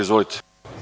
Izvolite.